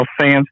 fans